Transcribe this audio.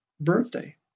birthday